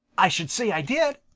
i should say i did!